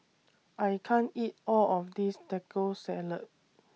I can't eat All of This Taco Salad